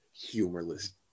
Humorless